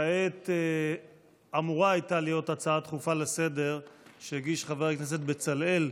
כעת אמורה הייתה להיות הצעה דחופה לסדר-היום שהגיש חבר הכנסת בצלאל,